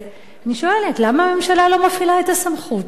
למה הממשלה לא מפעילה את הסמכות שלה?